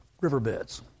riverbeds